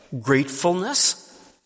gratefulness